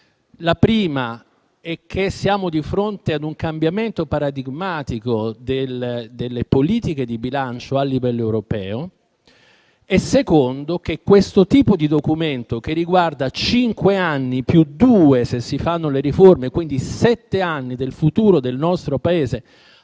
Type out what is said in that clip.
la prima è che siamo di fronte ad un cambiamento paradigmatico delle politiche di bilancio a livello europeo; la seconda è che questo tipo di documento, che riguarda cinque anni più due, se si fanno le riforme, quindi sette anni del futuro del nostro Paese